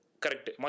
Correct